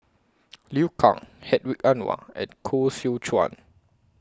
Liu Kang Hedwig Anuar and Koh Seow Chuan